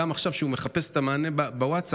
גם עכשיו כשהוא מחפש את המענה בווטסאפ,